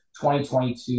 2022